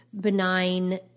benign